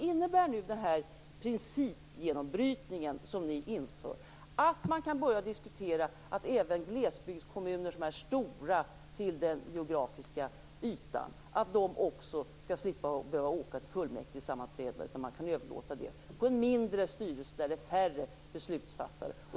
Innebär den principgenombrytning som ni inför att man kan börja diskutera att även folk i till ytan stora glesbygdskommuner skall slippa åka till fullmäktigesammanträden och överlåta det på en mindre styrelse med färre beslutsfattare?